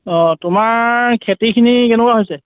অ তোমাৰ খেতিখিনি কেনেকুৱা হৈছে